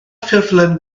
ffurflen